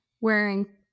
wearing